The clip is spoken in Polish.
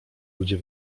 ludzie